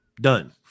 done